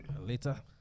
Later